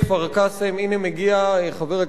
הנה מגיע חבר הכנסת ברכה,